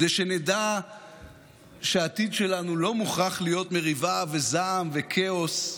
כדי שנדע שהעתיד שלנו לא מוכרח להיות מריבה וזעם וכאוס,